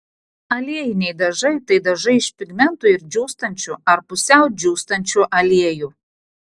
aliejiniai dažai tai dažai iš pigmentų ir džiūstančių ar pusiau džiūstančių aliejų